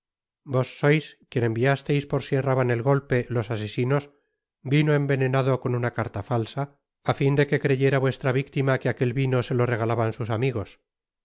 vos sois quien enviasteis por si erraban el golpe los asesinos vino envenenado con una carta falsa á fin de que creyera vuestra victima que aquel vino se lo regalaban sus amigos